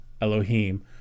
Elohim